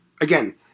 Again